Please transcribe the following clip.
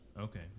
Okay